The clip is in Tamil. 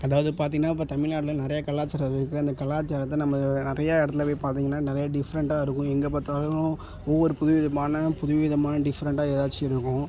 அதாவது பார்த்திங்கன்னா இப்போ தமிழ்நாட்ல நிறையா கலாச்சாரம் இருக்குது அந்த கலாச்சாரத்தை நம்ம நிறையா இடத்துல போய் பார்த்திங்கன்னா நிறையா டிஃப்ரெண்டாக இருக்கும் எங்கே பார்த்தாலும் ஒவ்வொரு புதுவிதமான புதுவிதமாக டிஃப்ரெண்டாக ஏதாச்சும் இருக்கும்